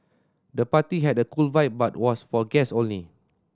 the party had a cool vibe but was for guests only